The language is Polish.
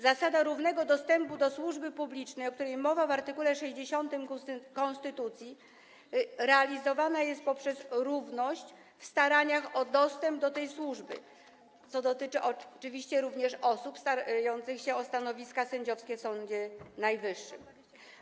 Zasada równego dostępu do służby publicznej, o której mowa w art. 60 konstytucji, realizowana jest poprzez równość w staraniach o dostęp do tej służby, co oczywiście dotyczy również osób starających się o stanowiska sędziowskie w Sądzie Najwyższym.